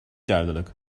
duidelijk